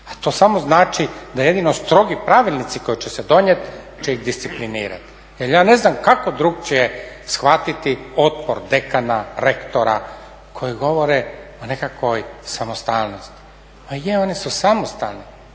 A to samo znači da jedino strogi pravilnici koji će se donijeti će ih disciplinirati. Jer ja ne znam kako drukčije shvatiti otpor dekana, rektora koji govore o nekakvoj samostalnosti. Ma je oni su samostalni